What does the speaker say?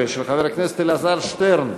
16 של חבר הכנסת אלעזר שטרן,